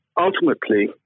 Ultimately